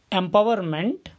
empowerment